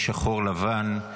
יש שחור לבן,